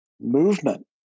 movement